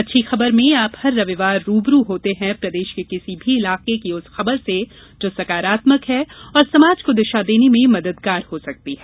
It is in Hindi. अच्छी खबरमें आप हर रविवार रूबरू होते हैं प्रदेश के किसी भी इलाके की उस खबर से जो सकारात्मक है और समाज को दिशा देने में मददगार हो सकती है